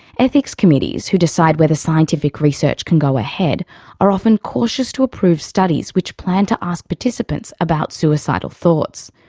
ethics committees who decide whether scientific research can go ahead are often cautious to approve studies which plan to ask participants about suicidal thoughts.